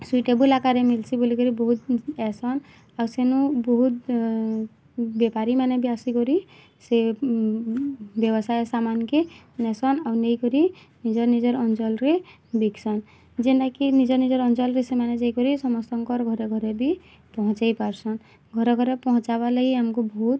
suitable ଆକାରରେ ମିଲ୍ଛି ବୋଲିକରି ବହୁତ୍ ଆଏସନ୍ ଆଉ ସେନୁ ବହୁତ୍ ବେପାରି ମାନେ ବି ଆସିକରି ସେ ବ୍ୟବସାୟ ଶାମାନ୍ କେ ନେସନ୍ ଆଉ ନେଇକରି ନିଜର୍ ନିଜର୍ ଅଞ୍ଚଲ୍ରେ ବିକସନ୍ ଯେନ୍ଟାକି ନିଜର୍ ନିଜର୍ ଅଞ୍ଚଲରେ ସେମାନେ ଯାଇକରି ସମସ୍ତଙ୍କର୍ ଘରେ ଘରେ ବି ପହଞ୍ଚେଇ ପାରୁସନ୍ ଘରେ ଘରେ ପହଞ୍ଚାବା ଲାଗି ଆମକୁ ବହୁତ୍